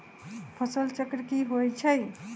फसल चक्र की होइ छई?